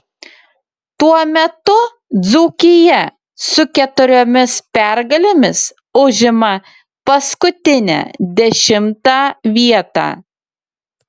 tuo metu dzūkija su keturiomis pergalėmis užima paskutinę dešimtą vietą